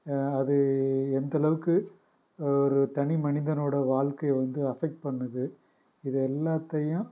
அது எந்தளவுக்கு ஒரு தனி மனிதனோடய வாழ்க்கையை வந்து அஃபெக்ட் பண்ணுது இது எல்லாத்தையும்